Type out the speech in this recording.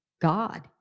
God